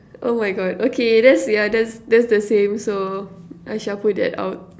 oh my God okay that's the other that's the same so I shall put that out